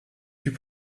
fut